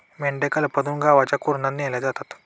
मेंढ्या कळपातून गावच्या कुरणात नेल्या जातात